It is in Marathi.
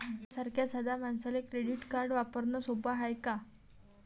माह्या सारख्या साध्या मानसाले क्रेडिट कार्ड वापरने सोपं हाय का?